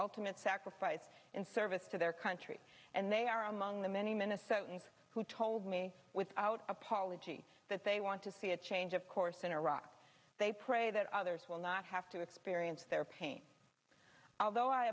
ultimate sacrifice in service to their country and they are among the many minnesotans who told me without apology that they want to see a change of course in iraq they pray that others will not have to experience their pain although i